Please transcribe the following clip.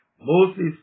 Moses